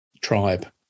tribe